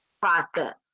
process